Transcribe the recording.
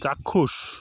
চাক্ষুষ